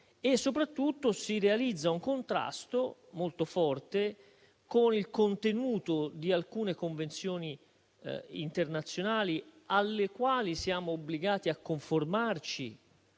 E soprattutto, si realizzano un contrasto molto forte con il contenuto di alcune convenzioni internazionali, alle quali siamo obbligati a conformarci